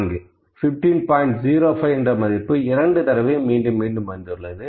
05 என்ற மதிப்பு 2 தடவை மீண்டும் மீண்டும் வந்துள்ளது